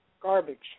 garbage